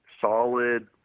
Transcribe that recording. solid